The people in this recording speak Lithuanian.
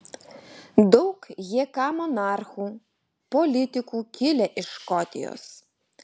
daug jk monarchų politikų kilę iš škotijos